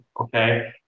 okay